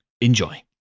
Enjoy